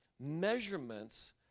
Measurements